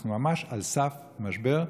אנחנו ממש על סף משבר.